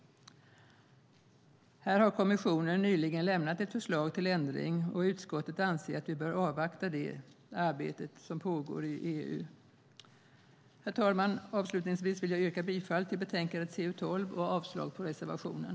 Här har EU-kommissionen nyligen lämnat ett förslag till ändring. Utskottet anser att vi bör avvakta det arbete som pågår i EU. Herr talman! Avslutningsvis vill jag yrka bifall till utskottets förslag och avslag på reservationen.